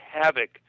havoc